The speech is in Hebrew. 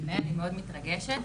מאוד מתרגשת.